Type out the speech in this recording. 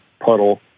puddle